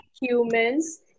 humans